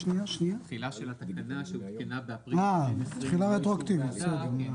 תחילה של התקנה שהותקנה באפריל 2020 ללא אישור ועדה -- בסדר,